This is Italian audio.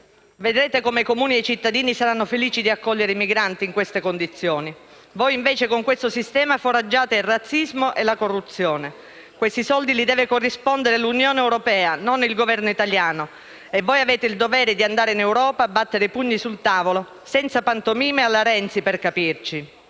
Vedrete come i Comuni e i cittadini saranno felici di accogliere i migranti a queste condizioni. Voi invece, con questo sistema, foraggiate il razzismo e la corruzione. Questi soldi li deve corrispondere l'Unione europea e non il Governo italiano e voi avete il dovere di andare in Europa e battere i pugni sul tavolo, senza pantomime alla Renzi, per capirci.